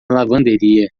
lavanderia